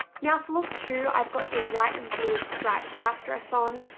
now for look two, i've got a white and blue striped wrap dress on.